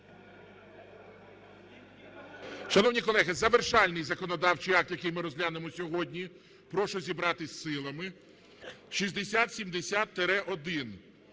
Шановні колеги, завершальний законодавчий акт, який ми розглянемо сьогодні, прошу зібратися з силами, 6070-1.